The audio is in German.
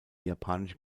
japanische